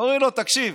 אומרים לו: תקשיב,